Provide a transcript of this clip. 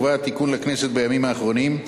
הובא התיקון לכנסת בימים האחרונים,